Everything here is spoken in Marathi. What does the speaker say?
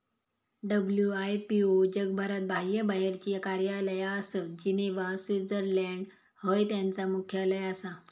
डब्ल्यू.आई.पी.ओ जगभरात बाह्यबाहेरची कार्यालया आसत, जिनेव्हा, स्वित्झर्लंड हय त्यांचा मुख्यालय आसा